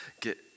get